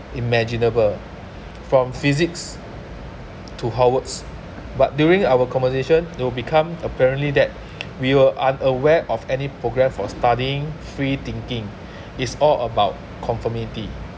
imaginable from physics to howard's but during our conversation they will become apparently that we were unaware of any programme for studying free thinking is all about conformity